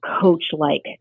coach-like